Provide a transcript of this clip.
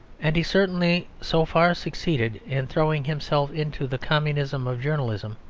and he certainly so far succeeded in throwing himself into the communism of journalism,